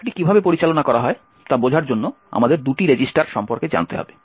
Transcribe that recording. স্ট্যাকটি কীভাবে পরিচালনা করা হয় তা বোঝার জন্য আমাদের দুটি রেজিস্টার সম্পর্কে জানতে হবে